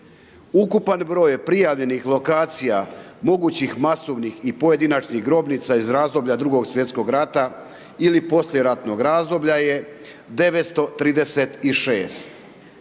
Ukupan broj prijavljenih lokacija, mogućih masovnih i pojedinačnih grobnica, iz razdoblja 2.sv. rata ili poslijeratnog razdoblja je 936.